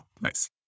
Nice